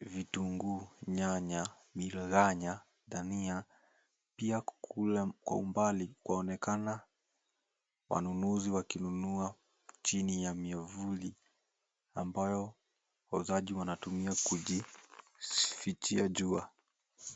vitunguu, nyanya, mirghanya, dhania. Pia kwa mbali waonekana wanunuzi wakinunua chini ya mivuli ambayo wauzaji wanatumia kujificha jua.